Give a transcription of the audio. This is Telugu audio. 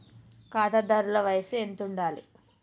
ఖాతాదారుల వయసు ఎంతుండాలి?